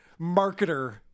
marketer